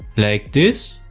like this.